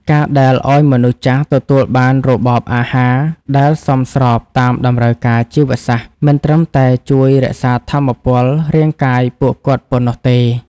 ការដែលឱ្យមនុស្សចាស់ទទួលបានរបបអាហារដែលសមស្របតាមតម្រូវការជីវសាស្ត្រ មិនត្រឹមតែជួយរក្សាថាមពលរាងកាយពួកគាត់ប៉ុណ្ណោះទេ។